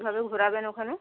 কীভাবে ঘোরাবেন ওখানে